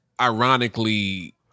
ironically